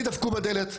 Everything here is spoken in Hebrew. לי דפקו בדלת.